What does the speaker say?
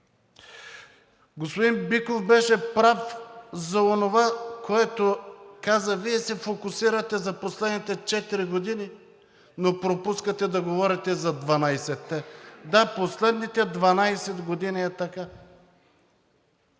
Господин Биков беше прав за онова, което каза: „Вие се фокусирате за последните четири години, но пропускате да говорите за 12-те. Да, последните 12 години е така.